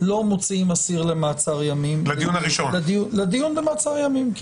לא מוציאים אסיר למעצר ימים לדיון במעצר ימים.